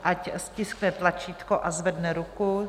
Ať stiskne tlačítko a zvedne ruku.